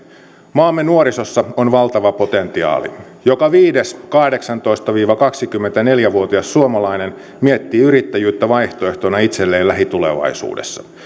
maamme nuorisossa on valtava potentiaali joka viides kahdeksantoista viiva kaksikymmentäneljä vuotias suomalainen miettii yrittäjyyttä vaihtoehtona itselleen lähitulevaisuudessa